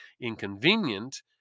inconvenient